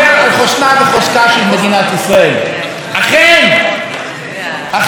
אכן, אכן דברים נכוחים, אכן דברים אמיתיים.